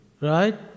right